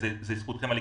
זאת זכותכם הלגיטימית.